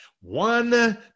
One